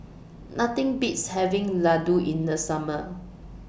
Nothing Beats having Ladoo in The Summer